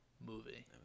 movie